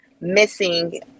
missing